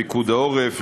לפיקוד העורף,